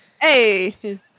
Hey